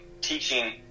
teaching